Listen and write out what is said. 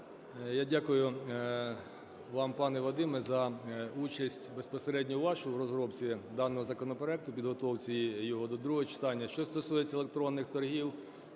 Я дякую вам, пане Вадиме, за участь безпосередньо вашу у розробці даного законопроект, підготовці його до другого читання. Що стосується електронних торгів,